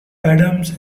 adams